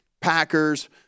Packers